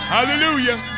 Hallelujah